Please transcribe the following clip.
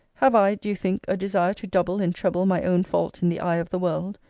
have i, do you think, a desire to double and treble my own fault in the eye of the world?